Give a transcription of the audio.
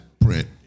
print